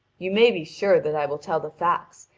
you may be sure that i will tell the facts,